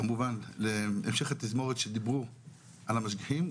כמובן להמשך התזמורת שדיברו על המשגיחים.